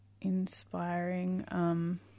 inspiring